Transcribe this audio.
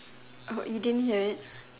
Oh you didn't hear it